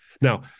Now